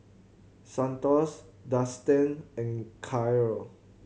Santos Dustan and Karyl